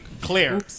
clear